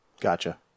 Gotcha